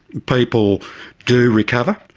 people do recover.